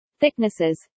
thicknesses